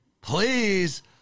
Please